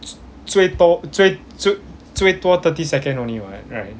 最多最最最多 thirty second only [what] right